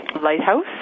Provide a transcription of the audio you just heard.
Lighthouse